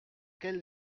quel